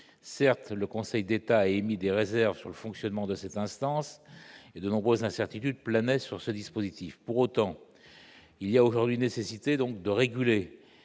Certes, le Conseil d'État a émis des réserves quant au fonctionnement de cette instance, et de nombreuses incertitudes planaient sur ce dispositif. Pour autant, il est aujourd'hui nécessaire de réguler